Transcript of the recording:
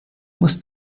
muss